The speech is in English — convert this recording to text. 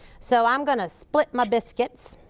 so i'm going to split my biscuits.